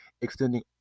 extending